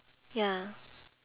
ya